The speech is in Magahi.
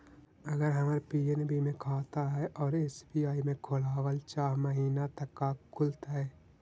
अगर हमर पी.एन.बी मे खाता है और एस.बी.आई में खोलाबल चाह महिना त का खुलतै?